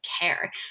care